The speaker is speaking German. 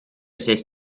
sechs